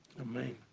Amen